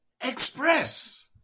express